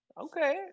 Okay